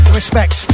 respect